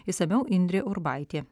išsamiau indrė urbaitė